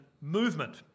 movement